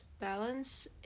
balance